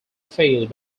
failed